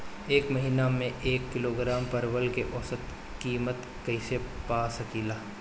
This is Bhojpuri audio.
एक महिना के एक किलोग्राम परवल के औसत किमत कइसे पा सकिला?